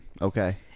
Okay